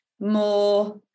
more